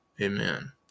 amen